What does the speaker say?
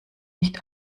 nicht